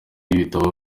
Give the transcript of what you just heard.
ibitabo